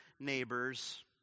neighbors